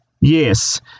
Yes